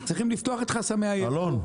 צריכים לפתוח את חסמי היבוא.